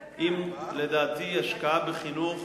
לדעתי, ההשקעה בחינוך